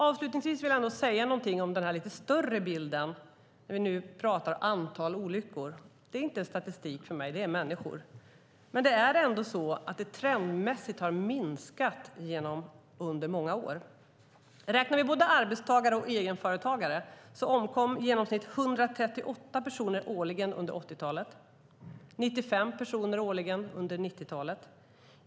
Avslutningsvis vill jag ändå säga någonting om den lite större bilden när vi nu talar om antal olyckor. Det är inte statistik för mig utan människor. Det är ändå så att det trendmässigt har minskar under många år. Räknar vi både arbetstagare och egenföretagare omkom i genomsnitt 138 personer årligen under 80-talet och 95 personer årligen under 90-talet.